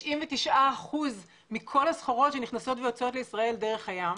99% מכל הסחורות שנכנסות ויוצאות מישראל הן דרך הים.